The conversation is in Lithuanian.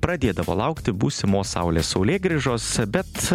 pradėdavo laukti būsimos saulės saulėgrįžos bet